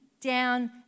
down